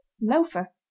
Loafer